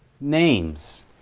Names